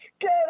get